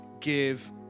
give